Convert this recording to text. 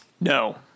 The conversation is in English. No